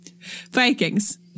vikings